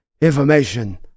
information